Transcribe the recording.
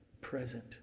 present